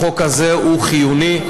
החוק הזה הוא חיוני.